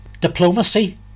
diplomacy